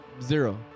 Zero